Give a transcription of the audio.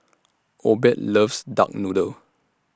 Obed loves Duck Noodle